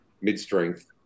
mid-strength